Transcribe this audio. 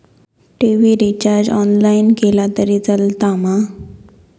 TV recharge online केला तरी चलात मा?